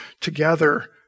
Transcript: together